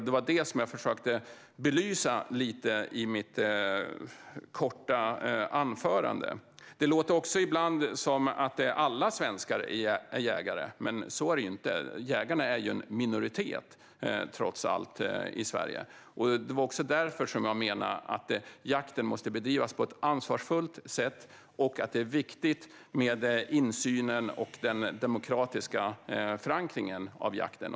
Det var det jag försökte belysa i mitt korta anförande. Ibland låter det som att alla svenskar är jägare. Men på det sättet är det inte. Jägarna är trots allt en minoritet i Sverige. Jakten måste alltså bedrivas på ett ansvarsfullt sätt, och det är viktigt med insynen och den demokratiska förankringen av jakten.